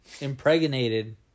impregnated